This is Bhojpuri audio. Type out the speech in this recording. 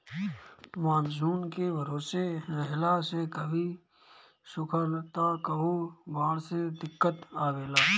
मानसून के भरोसे रहला से कभो सुखा त कभो बाढ़ से दिक्कत आवेला